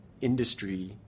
industry